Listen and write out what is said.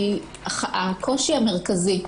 כי הקושי המרכזי,